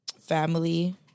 family